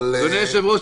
אבל --- אדוני היושב-ראש,